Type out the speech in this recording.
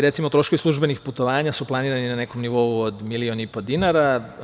Recimo, troškovi službenih putovanja su planirani na nekom nivou od milion i po dinara.